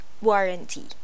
warranty